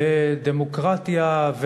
דמוקרטיה,